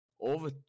over